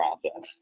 process